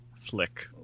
flick